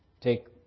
take